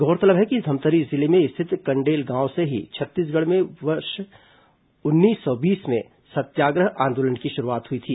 गौरतलब है कि धमतरी जिले में स्थित कंडेल गांव से ही छत्तीसगढ़ में वर्ष दो हजार बीस में सत्याग्रह आंदोलन की शुरूआत हुई थी